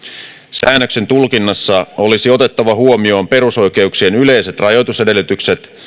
säännöksen tulkinnassa olisi otettava huomioon perusoikeuksien yleiset rajoitusedellytykset